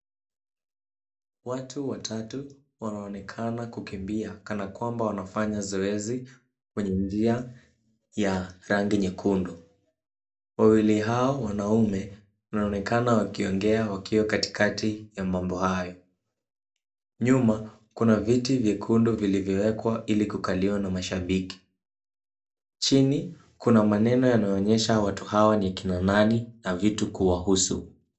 Watu watatu wanaonekana kukimbia kana kwamba wanafanya zoezi kwenye njia ya rangi nyekundu, wawili hao wanaume, wanaonekana wakiongea wakiwa katikati ya mambo hayo. Nyuma, kuna viti vyekundu vilivyowekwa ili kukaliwa na mashabiki. Chini, kuna maneno yanayoonyesha watu hawa ni kina nani na vitu kuwahusu.